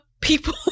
People